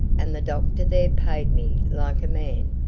and the doctor there paid me like a man.